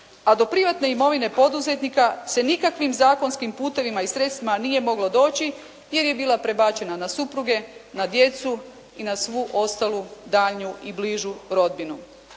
a do privatne imovine poduzetnika se nikakvim zakonskim putevima i sredstvima nije moglo doći jer je bila prebačena na supruge, na djecu i na svu ostalu daljnju i bližu rodbinu.